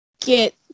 get